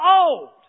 old